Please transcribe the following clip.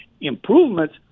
improvements